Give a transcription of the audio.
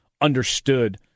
understood